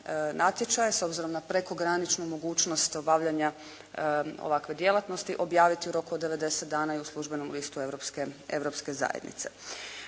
natječaje s obzirom na prekograničnu mogućnost obavljanja ovakve djelatnosti objaviti u roku od 90 dana i u službenom istu Europske zajednice.